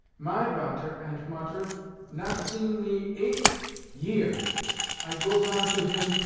my vater ant mutter not seen me eight year i goes on to him,